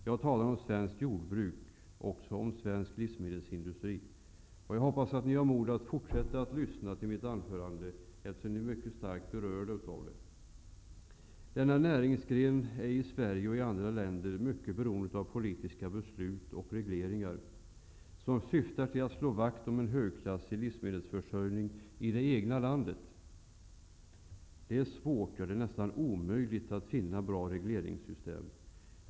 Jag talar om svenskt jordbruk och svensk livsmedelsindustri, och jag hoppas att ni har mod att fortsätta att lyssna till mitt anförande, eftersom ni är mycket starkt berörda av det. Denna näringsgren är i Sverige och i andra länder mycket beroende av politiska beslut och regleringar som syftar till att slå vakt om en högklassig livsmedelsförsörjning i det egna landet. Det är svårt, ja nästan omöjligt, att finna bra regleringssystem.